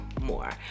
more